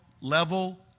level